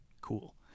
Cool